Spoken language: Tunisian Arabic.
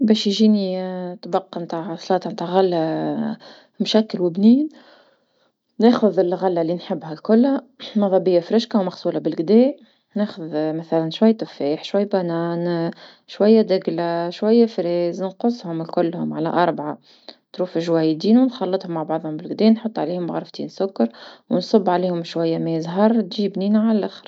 باش يجني طبق متاع سلاطة نتع غلة مشكل وبنين، ناخذ الغلة اللي نحبها كلها مذا بيا طازجة ومغسولة بلكدا ناخذ مثلا شوية تفاح شوية موز شوية دقلة شوية فراولة نقصهم كلهم على أربعة طروف جويهدين ونخلطهوم مع بعضهم بلقدا ونحطهم مغرفتين سكر ونص عليهم شوية ماء زهر تجي بنينة علخر.